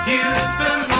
Houston